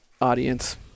audience